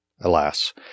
Alas